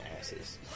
asses